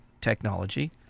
technology